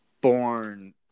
born